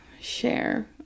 share